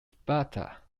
sparta